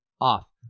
off